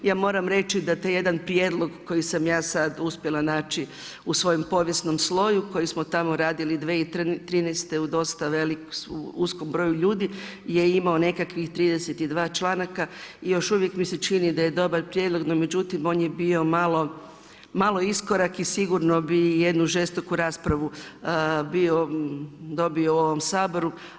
Ja moram reći da taj jedan prijedlog koji sam ja sada uspjela naći u svojem povijesnom sloju koji smo tamo radili 2013. u dosta uskom broju ljudi je imao nekakvih 32. članaka i još uvijek mi se čini da je dobar prijedlog no međutim on je bio malo, malo iskorak i sigurno bi jednu žestoku raspravu bio dobio u ovom Saboru.